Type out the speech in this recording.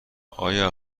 آیا